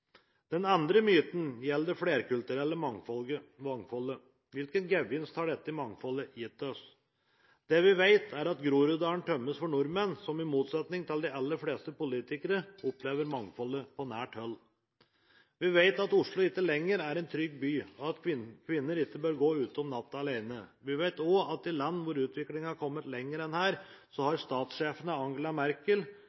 Den andre myten gjelder det flerkulturelle mangfoldet. Hvilken gevinst har dette mangfoldet gitt oss? Det vi vet, er at Groruddalen tømmes for nordmenn, som i motsetning til de aller fleste politikere opplever mangfoldet på nært hold. Vi vet at Oslo ikke lenger er en trygg by, og at kvinner ikke bør gå ute alene om natta. Vi vet også at i land hvor utviklingen har kommet lenger enn her, har